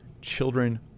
children